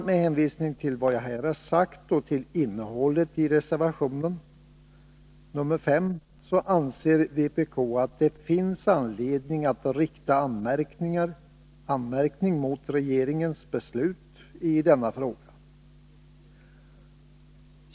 Med hänvisning till det jag här har sagt och till innehållet i reservation nr 5 anser vpk att det finns anledning att rikta anmärkning mot regeringens beslut i denna fråga.